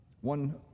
One